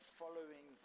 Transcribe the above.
following